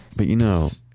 but you know,